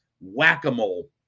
Whack-a-mole